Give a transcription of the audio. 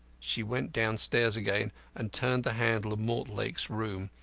she went downstairs again and turned the handle of mortlake's room,